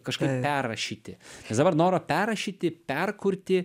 kažką perrašyti nes dabar noro perrašyti perkurti